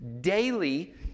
Daily